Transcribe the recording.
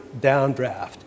downdraft